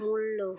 মূল্য